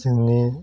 जोंनि